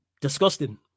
Disgusting